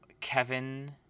Kevin